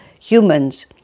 humans